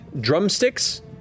drumsticks